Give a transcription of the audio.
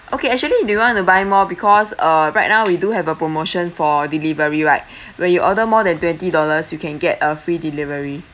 okay actually do you want to buy more because uh right now we do have a promotion for delivery right where you order more than twenty dollars you can get a free delivery